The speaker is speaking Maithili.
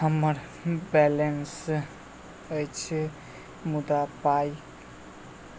हम्मर बैलेंस अछि मुदा पाई